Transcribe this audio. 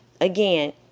again